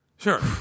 Sure